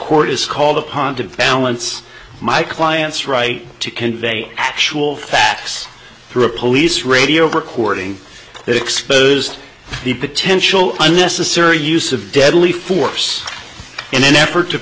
court is called upon to balance my client's right to convey actual facts through a police radio recording exposed the potential unnecessary use of deadly force in an effort to